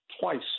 twice